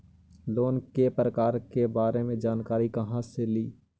Loan के प्रकार के बारे मे जानकारी कहा से ले?